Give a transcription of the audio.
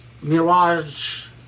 mirage